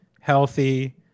healthy